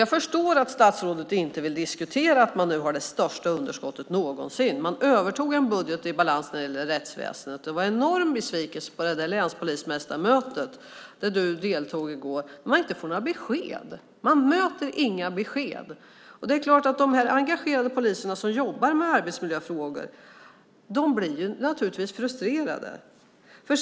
Jag förstår att statsrådet inte vill diskutera att man nu har det största underskottet någonsin. Man övertog en budget i balans när det gäller rättsväsendet. Det var en enorm besvikelse på det länspolismästarmöte där statsrådet deltog i går över att man inte fick några besked. Man möter inga besked. De här engagerade poliserna som jobbar med arbetsmiljöfrågor blir naturligtvis frustrerade.